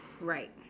right